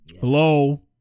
Hello